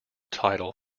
title